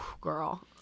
girl